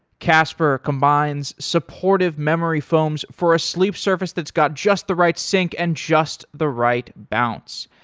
casper combines supportive memory foams for a sleep surface that's got just the right sink and just the right balance.